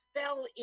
fell